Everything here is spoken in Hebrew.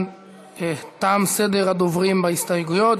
תם סדר הדוברים בהסתייגויות.